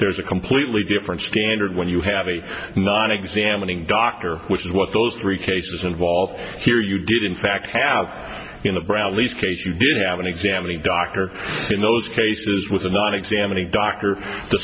there's a completely different standard when you have a non examining doctor which is what those three cases involve here you did in fact have you know bradley's case you did have an examining doctor in those cases with a non examining doctor the